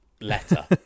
letter